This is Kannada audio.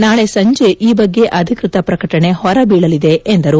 ನಾಳಿ ಸಂಜಿ ಈ ಬಗ್ಗೆ ಅಧಿಕೃತ ಪ್ರಕಟಣೆ ಹೊರಬೀಳಲಿದೆ ಎಂದರು